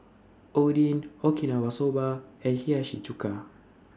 Oden Okinawa Soba and Hiyashi Chuka